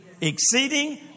exceeding